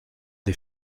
des